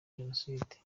jenoside